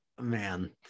man